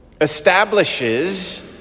establishes